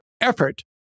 effort